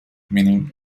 meaning